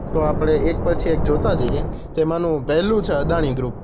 તો આપણે એક પછી એક જોતા જઈએ તેમાંનુ પહેલું છે અદાણી ગ્રુપ